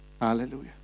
Hallelujah